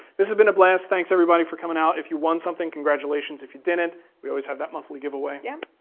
this has been a blast. thanks everybody for coming out. if you won something, congratulations. if you didn't we always have that monthly giveaway. yeah,